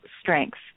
strengths